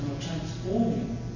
transforming